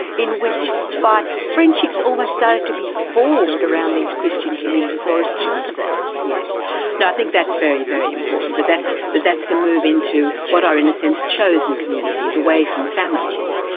in which by friendships almost started to be formed around these christian communities, or as part of it. yes. and i think that's very, very important, that that's that that's the move into what are in a sense, chosen communities, away from families.